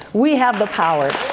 we have the power